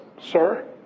sir